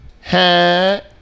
Hey